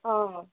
অঁ